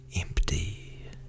empty